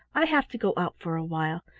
i have to go out for a while.